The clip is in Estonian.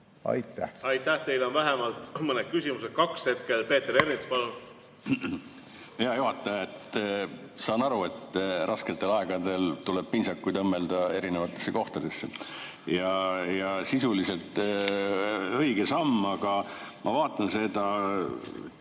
palun! Aitäh! Teile on vähemalt mõned küsimused, kaks hetkel. Peeter Ernits, palun! Hea juhataja! Saan aru, et rasketel aegadel tuleb pintsakuid õmmelda erinevatesse kohtadesse, sisuliselt õige samm. Aga ma vaatan seda